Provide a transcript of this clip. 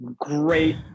great